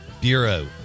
Bureau